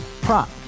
Prop